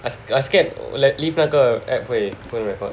I I scared like leave 那个 app 会不会 record